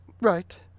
Right